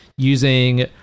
using